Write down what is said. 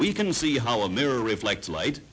we can see how a mirror reflects light